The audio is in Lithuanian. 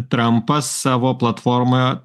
trampas savo platformoje